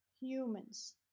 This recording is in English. Humans